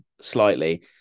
slightly